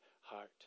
heart